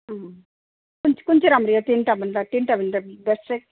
अँ कुन चाहिँ कुन चाहिँ राम्रो यो तिनवटाभन्दा तिनवटाभन्दा बेस्ट चाहिँ